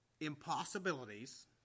impossibilities